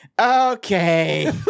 Okay